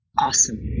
Awesome